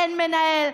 אין מנהל,